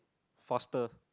faster